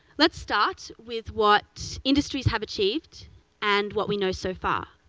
let's start with what industries have achieved and what we know so far.